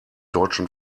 deutschen